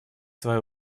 свое